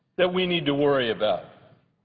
that we need to worry about.